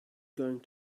going